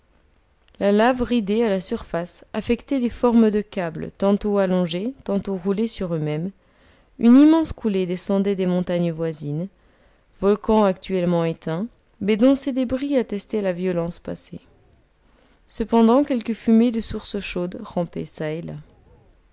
la lave ridée à la surface affectait des formes de câbles tantôt allongés tantôt roulés sur eux-mêmes une immense coulée descendait des montagnes voisines volcans actuellement éteints mais dont ces débris attestaient la violence passée cependant quelques fumées de source chaudes